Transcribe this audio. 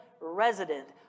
resident